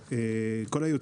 עולים חדשים,